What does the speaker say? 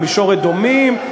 או מישור-אדומים,